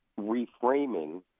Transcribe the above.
reframing